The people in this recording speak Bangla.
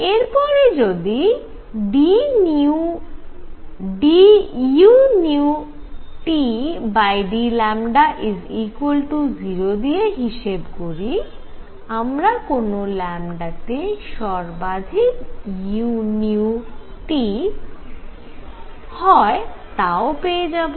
এরপরে যদি dudλ0 দিয়ে হিসেব করি আমরা কোন তে সর্বাধিক u হয় তাও পেয়ে যাবো